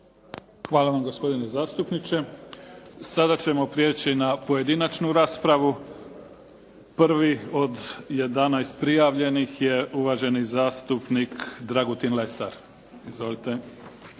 Hvala vam gospodine zastupniče. Sada ćemo prijeći na pojedinačnu raspravu. Prvi od jedanaest prijavljenih je uvaženi zastupnik Dragutin Lesar. Izvolite.